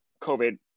COVID